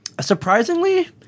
surprisingly